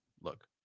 look